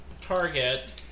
Target